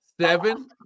Seven